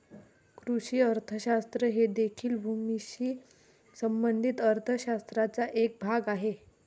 कृषी अर्थशास्त्र हे देखील भूमीशी संबंधित अर्थ शास्त्राचा एक भाग आहे